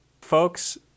folks